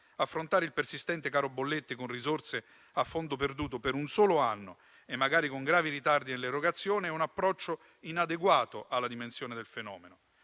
Affrontare il persistente caro bollette con risorse a fondo perduto per un solo anno e magari con gravi ritardi nell'erogazione è un approccio inadeguato alla dimensione del fenomeno.